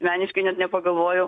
meniškai net nepagalvojau